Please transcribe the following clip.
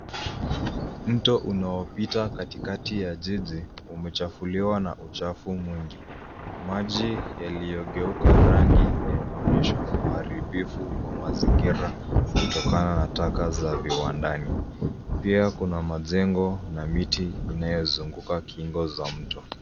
Mto unaopita katikati ya jiji umechafuliwa na uchafu mwingi. Maji yaliyogeuka rangi yanaonyesha uharibifu wa mazingira kutokana na taka za viwandani. Pia kuna majengo na miti inayozunguka kingo za mto.